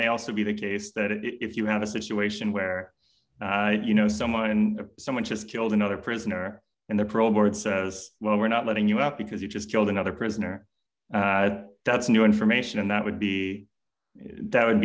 may also be the case that if you have a situation where you know someone and someone just killed another prisoner and the parole board says well we're not letting you out because you just killed another prisoner that's new information and that would be that would